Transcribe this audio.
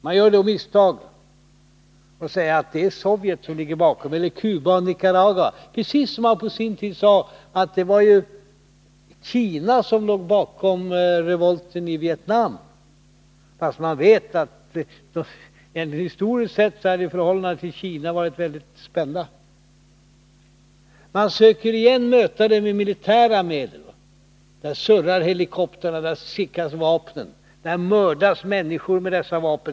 Man gör då misstaget att säga att det är Sovjet, Cuba eller Nicaragua som ligger bakom, precis som man på sin tid sade att det var Kina som låg bakom revolten i Vietnam, fastän man vet att det historiskt är så att förhållandena till Kina varit väldigt spända. Man försöker möta revolten med militära medel, där surrar helikoptrarna och där finns vapnen. Människor mördas med dessa vapen.